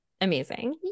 Amazing